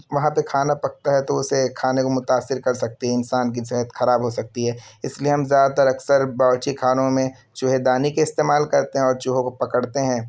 وہاں پہ کھانا پکتا ہے تو اسے کھانے کو متاثر کر سکتی ہیں انسان کی صحت خراب ہو سکتی ہے اس لیے ہم زیادہ تر اکثر باورچی خانوں میں چوہے دانی کے استعمال کرتے ہیں اور چوہوں کو پکڑتے ہیں